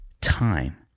time